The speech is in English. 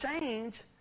change